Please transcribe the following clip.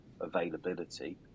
availability